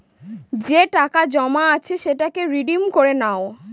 যে টাকা জমা আছে সেটাকে রিডিম করে নাও